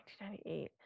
1998